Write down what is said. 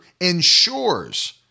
ensures